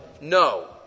No